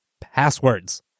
passwords